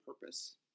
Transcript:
purpose